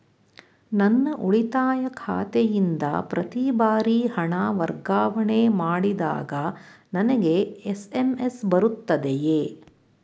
ನನ್ನ ಉಳಿತಾಯ ಖಾತೆಯಿಂದ ಪ್ರತಿ ಬಾರಿ ಹಣ ವರ್ಗಾವಣೆ ಮಾಡಿದಾಗ ನನಗೆ ಎಸ್.ಎಂ.ಎಸ್ ಬರುತ್ತದೆಯೇ?